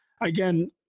again